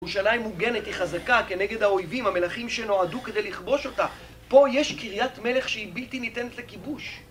ירושלים מוגנת היא חזקה כנגד האויבים, המלכים שנועדו כדי לכבוש אותה, פה יש קריית מלך שהיא בלתי ניתנת לכיבוש